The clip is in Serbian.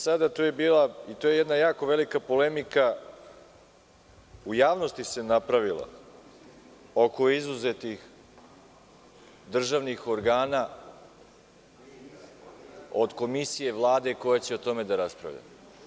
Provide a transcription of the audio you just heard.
Sada tu je bila i to je jedna jako velika polemika, u javnosti se napravila, oko izuzetih državnih organa, od Komisije Vlade koja će o tome da raspravlja.